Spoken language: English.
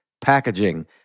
packaging